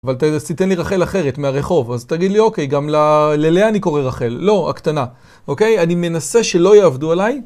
אבל תתן לי רחל אחרת, מהרחוב. אז תגיד לי אוקיי, גם ללאה אני קורא רחל, לא, הקטנה, אוקיי? אני מנסה שלא יעבדו עליי.